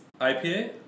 ipa